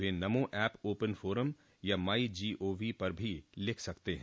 वे NaMo app open forum या MyGov पर भी लिख सकते हैं